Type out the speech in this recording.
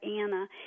Anna